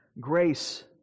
grace